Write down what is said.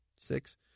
six